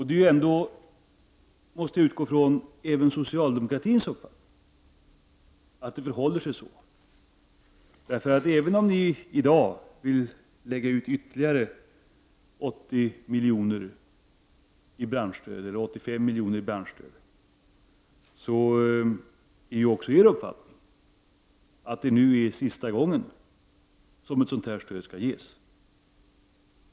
Det är ändå, måste jag utgå ifrån, även socialdemokratins uppfattning att det förhåller sig så, för även om ni i dag vill lägga ut ytterligare 85 miljoner i branschstöd är också er uppfattning att det nu är sista gången som ett sådant stöd skall ges.